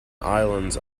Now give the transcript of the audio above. islands